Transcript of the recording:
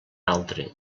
altre